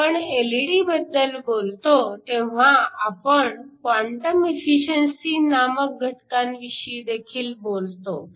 आपण एलईडीबद्दल बोलतो तेव्हा आपण क्वांटम इफिसिअंसी नामक घटकांविषयीदेखील बोलतो